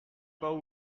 pas